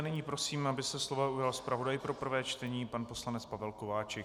Nyní prosím, aby se slova ujal zpravodaj pro prvé čtení pan poslanec Pavel Kováčik.